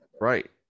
right